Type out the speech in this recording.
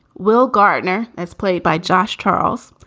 will gardner. that's played by josh charles,